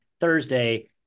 Thursday